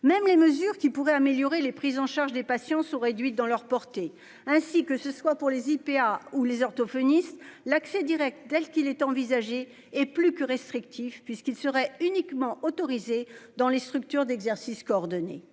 même les mesures qui pourraient améliorer les prises en charge des patients sont réduites dans leur portée ainsi que ce soit pour les IPA ou les orthophonistes l'accès Direct telle qu'il est envisagé et plus que restrictif puisqu'il serait uniquement autorisée dans les structures d'exercice coordonné.